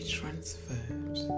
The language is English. transferred